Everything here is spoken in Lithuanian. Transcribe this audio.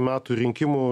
metų rinkimų